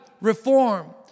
reform